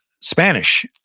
Spanish